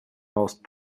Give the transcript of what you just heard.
most